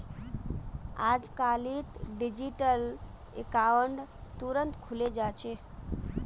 अजकालित digital account तुरंत खुले जा छेक